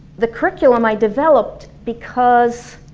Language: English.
the curriculum i developed because